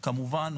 כמובן,